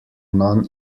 non